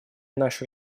нашей